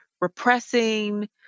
repressing